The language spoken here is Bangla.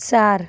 চার